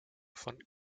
von